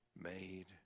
made